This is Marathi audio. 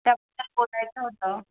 त्याबद्दल बोलायचं होतं